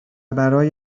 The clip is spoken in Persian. برای